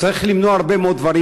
הוא צריך למנוע הרבה מאוד דברים,